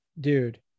Dude